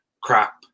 crap